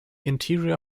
interior